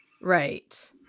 Right